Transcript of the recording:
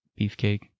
beefcake